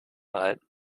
erhalten